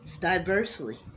diversely